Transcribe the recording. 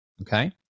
okay